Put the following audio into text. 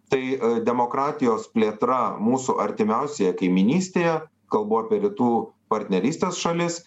tai demokratijos plėtra mūsų artimiausioje kaimynystėje kalbu apie rytų partnerystės šalis